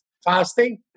fasting